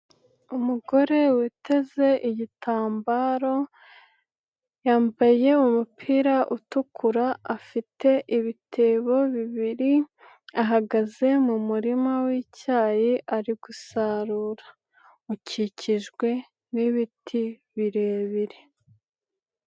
Umugore witeze igitambaro, yambaye umupira utukura, afite ibitebo bibiri, ahagaze mu murima w'icyayi ari gusarura, ukikijwe n'ibiti birebire.